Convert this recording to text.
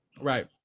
Right